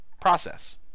process